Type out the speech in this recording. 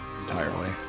entirely